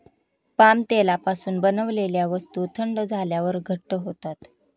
palm तेलापासून बनवलेल्या वस्तू थंड झाल्यावर घट्ट होतात